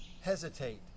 hesitate